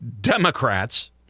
Democrats